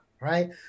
Right